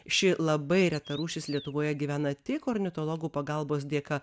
ši labai reta rūšis lietuvoje gyvena tik ornitologų pagalbos dėka